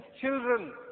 children